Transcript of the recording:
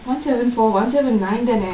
one seven four one seven nine தான:thaane